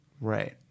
Right